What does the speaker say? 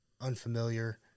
unfamiliar